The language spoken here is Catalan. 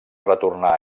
retornar